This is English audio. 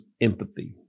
empathy